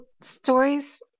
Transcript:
stories